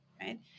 right